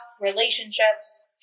relationships